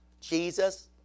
Jesus